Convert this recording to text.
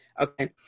Okay